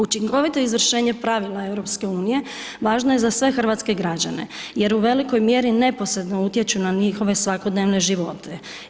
Učinkovito izvršenje pravila EU važno je za sve hrvatske građane jer u velikoj mjeri neposredno utječu na njihove svakodnevne živote.